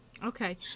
Okay